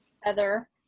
Heather